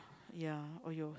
ya !aiyo!